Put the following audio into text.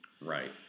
Right